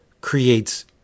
creates